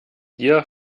gier